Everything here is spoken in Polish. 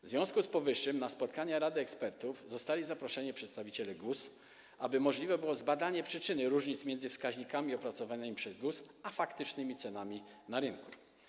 W związku z powyższym na spotkanie rady ekspertów zostali zaproszeni przedstawiciele GUS, aby możliwe było zbadanie przyczyny różnic między wskaźnikami opracowanymi przez GUS a faktycznymi cenami na rynku.